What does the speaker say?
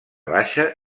baixa